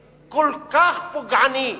כל כך לא צודק, כל כך פוגעני.